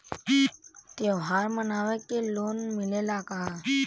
त्योहार मनावे के लोन मिलेला का?